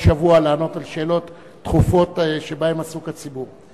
שבוע לענות על שאלות דחופות שבהן עסוק הציבור.